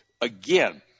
again